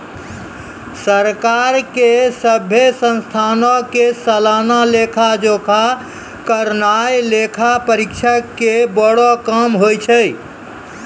सरकार के सभ्भे संस्थानो के सलाना लेखा जोखा करनाय लेखा परीक्षक के बड़ो काम होय छै